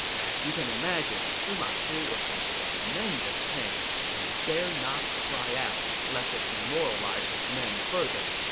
as you can imagine, sima shi was in tremendous pain, but he dared not cry out, lest it demoralize his men further.